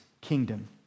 kingdom